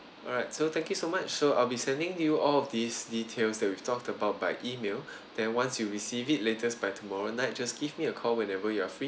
alright so thank you so much so I'll be sending you all of these details that we've talked about by email then once you receive it latest by tomorrow night just give me a call whenever you are free